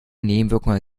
nebenwirkungen